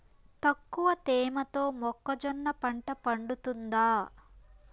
తక్కువ తేమతో మొక్కజొన్న పంట పండుతుందా?